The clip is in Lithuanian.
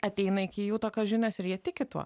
ateina iki jų tokios žinios ir jie tiki tuo